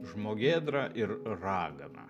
žmogėdra ir ragana